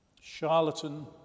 charlatan